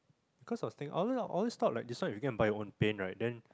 cause I think all these stock like this one you can buy your own paint right then